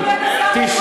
הליכוד, אין לו וילה, ?